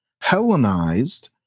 Hellenized